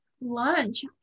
lunch